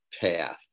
path